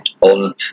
on